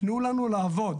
תנו לנו לעבוד.